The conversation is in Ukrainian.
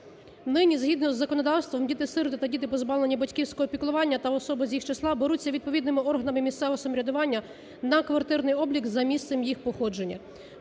Нині, згідно із законодавством, діти-сироти та діти, позбавлені батьківського піклування, та особи з їх числа беруться відповідними органами місцевого самоврядування на квартирний облік за місцем їх походження.